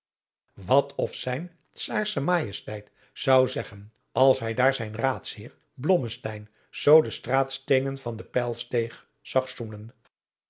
wat of zijn czaarsche majesteit zou zeggen als hij daar zijn raadsheer blommesteyn zoo de straatsteenen van de pijlsteeg zag zoenen